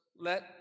let